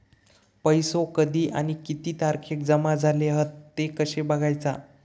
पैसो कधी आणि किती तारखेक जमा झाले हत ते कशे बगायचा?